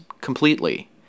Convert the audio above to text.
completely